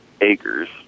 Acres